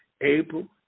April